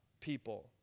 people